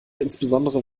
insbesondere